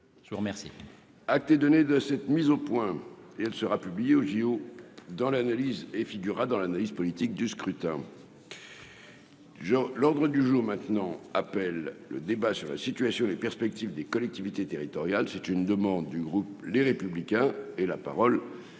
Je vous remercie,